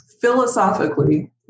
philosophically